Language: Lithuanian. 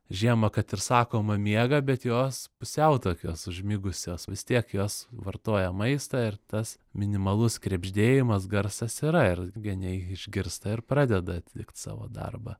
žiemą kad ir sakoma miega bet jos pusiau tokios užmigusios vis tiek jos vartoja maistą ir tas minimalus krebždėjimas garsas yra ir geniai išgirsta ir pradeda atlikt savo darbą